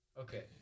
Okay